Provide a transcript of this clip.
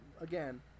again